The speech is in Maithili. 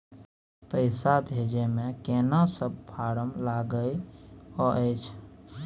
पैसा भेजै मे केना सब फारम लागय अएछ?